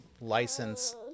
license